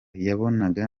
yabonaga